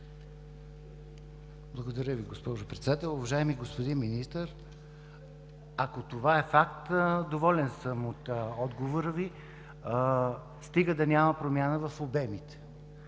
Благодаря Ви, госпожо Председател. Уважаеми господин Министър, ако това е факт – доволен съм от отговора Ви, стига да няма промяна в обемите.